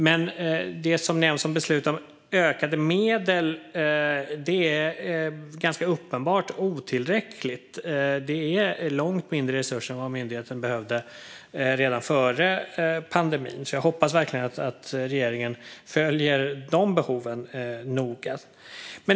Men det som nämns om beslutet om ökade medel är ganska uppenbart otillräckligt. Det är långt mindre resurser än vad myndigheten behövde redan före pandemin. Jag hoppas därför verkligen att regeringen följer dessa behov noga.